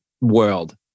world